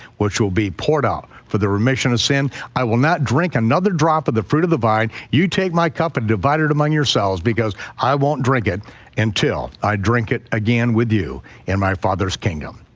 which will be poured out for the remission of sin. i will not drink another drop of the fruit of the vine. you take my cup and divide it among yourselves because i won't drink it until i drink it again with you in my father's kingdom.